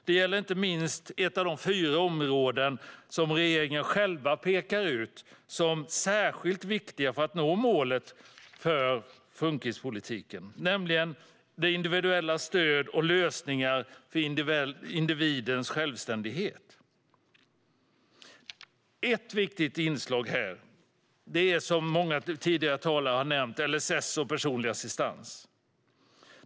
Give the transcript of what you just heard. Det gäller inte minst ett av de fyra områden som regeringen själv pekar ut som särskilt viktiga för att nå målet för funktionshinderspolitiken, nämligen individuella stöd och lösningar för individens självständighet. Ett viktigt inslag här är, som många tidigare talare har nämnt, LSS och personlig assistans.